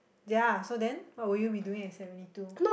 ya so then what would you be doing at seventy two